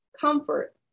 Comfort